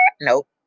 nope